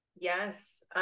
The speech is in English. Yes